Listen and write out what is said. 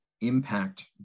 impact